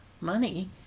money